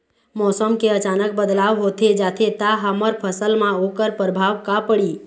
मौसम के अचानक बदलाव होथे जाथे ता हमर फसल मा ओकर परभाव का पढ़ी?